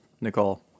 Nicole